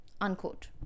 unquote